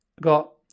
got